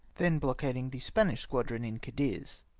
then blockading the spanish squadron in cadiz.